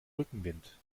rückenwind